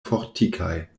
fortikaj